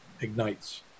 ignites